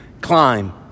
climb